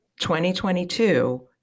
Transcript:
2022